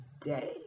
day